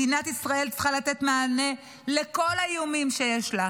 מדינת ישראל צריכה לתת מענה לכל האיומים שיש לה,